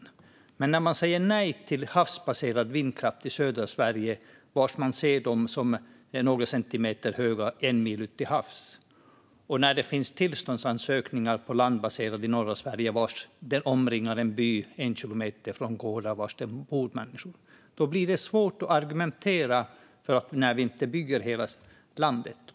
När man i södra Sverige säger nej till havsbaserad vindkraft, där vindkraftverken syns som några centimeter en mil ut till havs, och när det finns tillståndsansökningar i norra Sverige för landbaserad vindkraft som omringar en by med en kilometers avstånd till gårdar där det bor människor blir det svårt att argumentera, när vi inte bygger i hela landet.